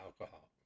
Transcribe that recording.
alcohol